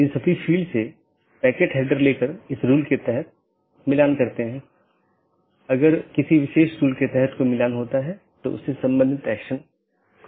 इन साथियों के बीच BGP पैकेट द्वारा राउटिंग जानकारी का आदान प्रदान किया जाना आवश्यक है